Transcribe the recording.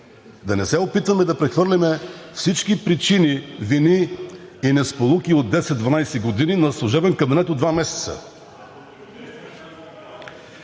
да не се опитваме да прехвърлим всички причини, вини и несполуки от 10 – 12 години на служебен кабинет от два месеца.